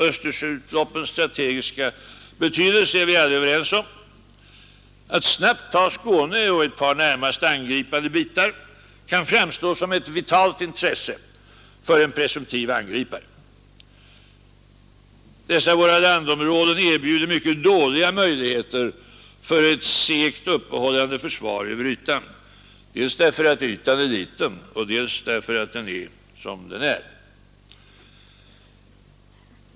Östersjöutloppens strategiska betydelse är vi alla överens om. Att snabbt ta Skåne och ett par angränsande bitar kan framstå som ett vitalt intresse för en presumtiv angripare. Dessa våra landområden erbjuder mycket dåliga möjligheter för ett segt uppehållande försvar över ytan dels därför att ytan är liten, dels därför att den är sådan den är.